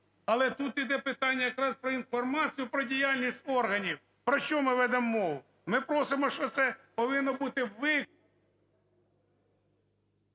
Але тут іде питання якраз про інформацію про діяльність органів. Про що ми ведемо мову? Ми просимо, що це повинно бути…